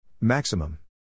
Maximum